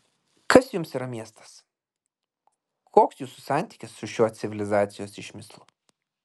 kas jums yra miestas koks jūsų santykis su šiuo civilizacijos išmislu